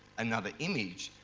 another image,